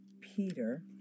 Peter